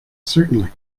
certainly